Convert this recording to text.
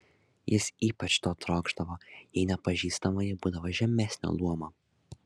jis ypač to trokšdavo jei nepažįstamoji būdavo žemesnio luomo